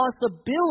possibility